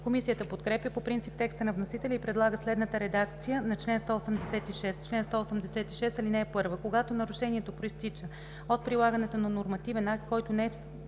Комисията подкрепя по принцип текста на вносителя и предлага следната редакция на чл. 186: „Чл. 186. (1) Когато нарушението произтича от прилагането на нормативен акт, който не е